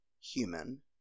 human